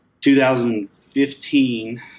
2015